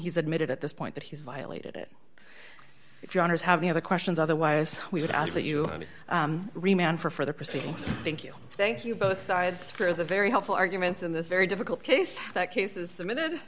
he's admitted at this point that he's violated it if your honour's have any other questions otherwise we would ask that you remain for further proceedings thank you thank you both sides for the very helpful arguments in this very difficult case that cases admitted